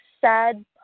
sad